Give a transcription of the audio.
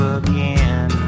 again